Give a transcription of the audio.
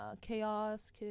chaos